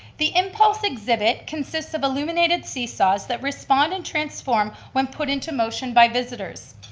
the impulse exhibit consists of illuminated seesaws that respond and transform when put into motion by visitors.